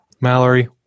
Mallory